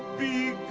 the